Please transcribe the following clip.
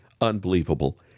unbelievable